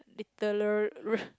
literary